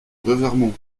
revermont